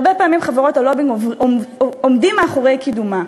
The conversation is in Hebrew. כשהרבה פעמים חברות הלובינג עומדות מאחורי קידומה.